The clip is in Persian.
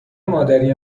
مادری